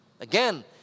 Again